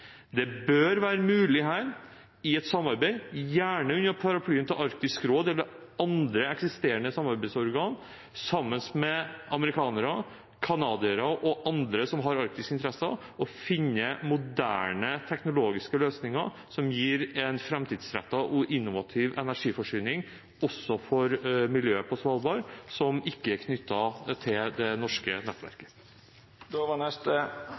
Det bør være mulig her, i et samarbeid – gjerne under paraplyen til Arktisk råd eller andre eksisterende samarbeidsorgan, sammen med amerikanere, canadiere og andre som har arktiske interesser – å finne moderne, teknologiske løsninger som gir en framtidsrettet og innovativ energiforsyning også for miljøet på Svalbard, og som ikke er knyttet til det norske